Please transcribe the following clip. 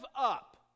up